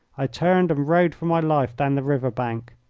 i turned and rode for my life down the river bank.